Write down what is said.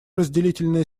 разделительная